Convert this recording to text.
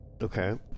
Okay